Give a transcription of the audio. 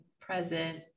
present